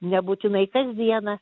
nebūtinai kasdieną